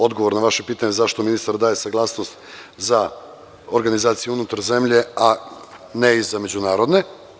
Odgovor na vaše pitanje zašto ministar daje saglasnost za organizacije unutar zemlje, a ne i za međunarodne.